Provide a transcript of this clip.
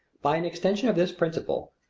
by an extension of this principle,